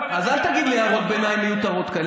אז אל תעיר לי הערות ביניים מיותרות כאלה.